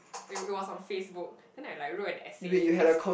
it it was on Facebook then I like wrote an essay ex~